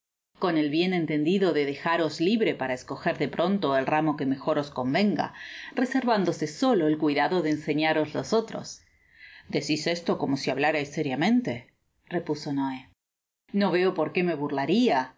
con el bien entendido de dejaros libre para escojer de pronto el ramo que mejor os convenga reservándose solo el cuidado de enseñaros los otros decis esto como si hablarais sériamente repuso noe no veo porque me